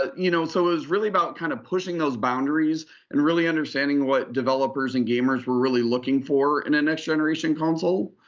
ah you know so it was really about kind of pushing those boundaries and really understanding what developers and gamers were really looking for in a next-generation console.